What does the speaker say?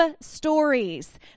stories